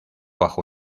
bajo